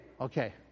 okay